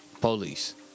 Police